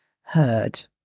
heard